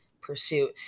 pursuit